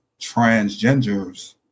transgenders